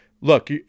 look